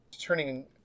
turning